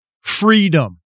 freedom